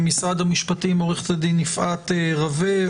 ממשרד המשפטים עורכת הדין יפעת רווה,